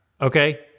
okay